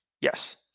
Yes